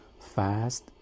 fast